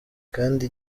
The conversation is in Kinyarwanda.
kandi